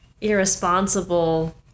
irresponsible